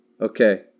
Okay